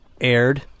aired